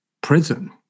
prison